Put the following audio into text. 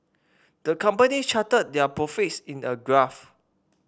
the company charted their profits in a graph